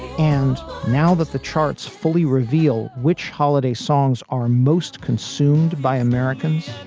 and now that the charts fully reveal which holiday songs are most consumed by americans.